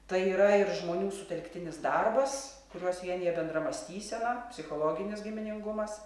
tai yra ir žmonių sutelktinis darbas kuriuos vienija bendra mąstysena psichologinis giminingumas